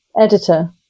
Editor